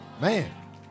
Man